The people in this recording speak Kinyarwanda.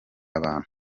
abantu